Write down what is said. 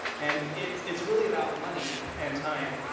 and it it's really about money and time.